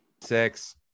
Six